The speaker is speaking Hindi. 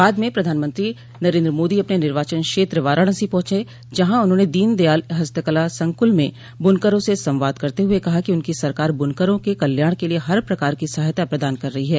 बाद में प्रधानमंत्री नरेन्द्र मोदी अपने निर्वाचन क्षेत्र वाराणसो पहुंचे जहां उन्होंने दीनदयाल हस्तकला संकुल में बुनकरों से संवाद करते हुए कहा कि उनकी सरकार बुनकरों के कल्याण के लिये हर प्रकार की सहायता प्रदान कर रही है